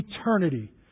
eternity